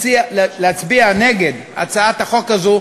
להצביע נגד הצעת החוק הזאת,